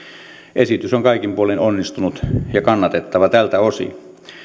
esitys on kaikin puolin onnistunut ja kannatettava tältä osin